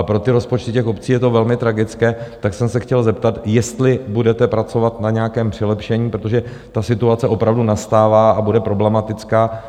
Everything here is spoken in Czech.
Pro rozpočty těch obcí je to velmi tragické, tak jsem se chtěl zeptat, jestli budete pracovat na nějakém přilepšení, protože ta situace opravdu nastává a bude problematická.